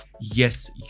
yes